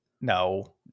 No